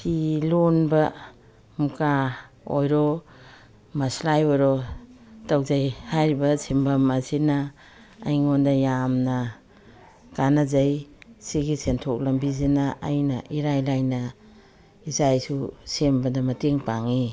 ꯐꯤ ꯂꯣꯟꯕ ꯃꯨꯒꯥ ꯑꯣꯏꯔꯣ ꯃꯁꯂꯥꯏ ꯑꯣꯏꯔꯣ ꯇꯧꯖꯩ ꯍꯥꯏꯔꯤꯕ ꯁꯤꯟꯐꯝ ꯑꯁꯤꯅ ꯑꯩꯉꯣꯟꯗ ꯌꯥꯝꯅ ꯀꯥꯟꯅꯖꯩ ꯁꯤꯒꯤ ꯁꯦꯟꯊꯣꯛ ꯂꯝꯕꯤꯁꯤꯅ ꯑꯩꯅ ꯏꯔꯥꯏ ꯂꯥꯏꯅ ꯏꯆꯥ ꯏꯁꯨ ꯁꯦꯝꯕꯗ ꯃꯇꯦꯡ ꯄꯥꯡꯉꯤ